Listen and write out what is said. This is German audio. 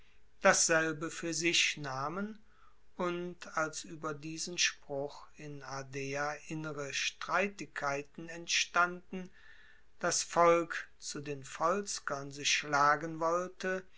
dasselbe fuer sich nahmen und als ueber diesen spruch in ardea innere streitigkeiten entstanden das volk zu den volskern sich schlagen wollte